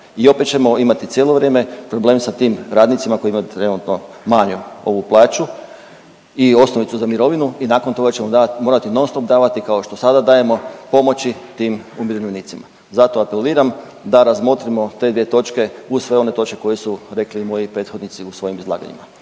i opet ćemo imati cijelo vrijeme problem sa tim radnicima koji imaju trenutno manju ovu plaću i osnovicu za mirovinu i nakon toga ćemo morati non stop davati kao što sada dajemo pomoći tim umirovljenicima. Zato apeliram da razmotrimo te dvije točke uz sve one točke koje su rekli moji prethodnici u svojim izlaganjima,